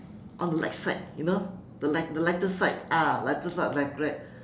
on the light side you know the light the lighter side ah lighter side of life correct